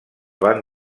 van